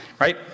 right